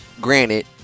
Granted